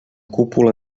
cúpula